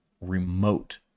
remote-